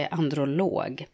androlog